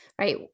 right